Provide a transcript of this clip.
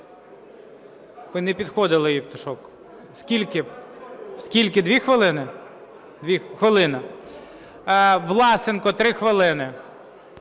Ви не підходили, Євтушок. Скільки, 2 хвилини? Хвилина. Власенко, 3 хвилини.